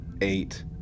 eight